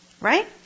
Right